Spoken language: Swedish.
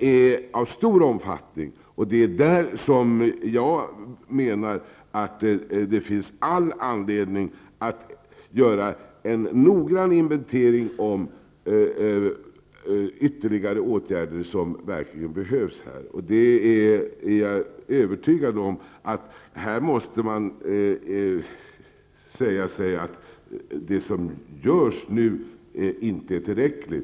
är av stor omfattning, och det är där som jag menar att det finns all anledning att göra en noggrann inventering av ytterligare åtgärder som verkligen behövs. Jag är övertygad om att här måste man säga sig att det som görs nu inte är tillräckligt.